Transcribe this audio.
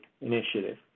initiative